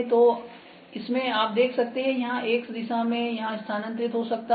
तो इसमें आप देख सकते हैं कि यह X दिशा में यहां स्थानांतरित हो सकता है